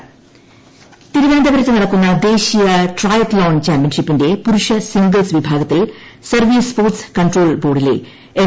ട്രയാത്ത് loan തിരുവന്തപുരത്ത് നടക്കുന്ന ദേശീയ ട്രയാത്ത് ലോൺ ചാമ്പ്യൻഷിപ്പിന്റെ പുരുഷ സിംഗിൾസ് വിഭാഗത്തിൽ സർവ്വീസ് സ്പോർട്സ് കൺട്രോൾ ബോർഡിലെ എം